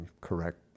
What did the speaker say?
correct